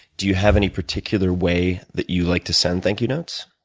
do you have any particular way that you like to send thank you notes?